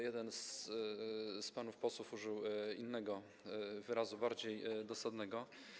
Jeden z panów posłów użył tu innego wyrazu, bardziej dosadnego.